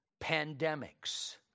Pandemics